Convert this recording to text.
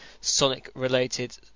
Sonic-related